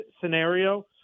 scenario